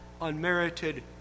Unmerited